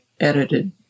edited